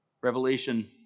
Revelation